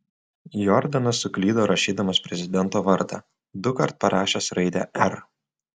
jordanas suklydo rašydamas prezidento vardą dukart parašęs raidę r